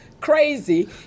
crazy